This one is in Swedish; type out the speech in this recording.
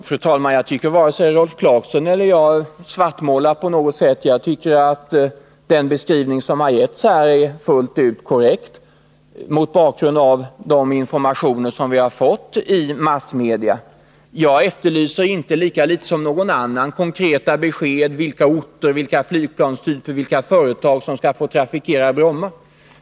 Fru talman! Jag tycker inte att vare sig Rolf Clarkson eller jag svartmålar på något sätt. Den beskrivning som har getts här är enligt min mening fullt ut korrekt mot bakgrund av de informationer som vi har fått i massmedia. Jag efterlyser inte — lika litet som någon annan — konkreta besked om vilka orter, vilka flygplanstyper, vilka företag som skall få trafikera Bromma.